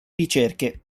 ricerche